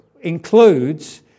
includes